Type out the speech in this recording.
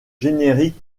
générique